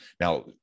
Now